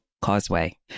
causeway